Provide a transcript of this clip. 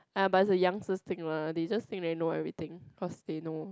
ah but it's a youngsters thing lah they just think they know everything cause they know